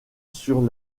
sur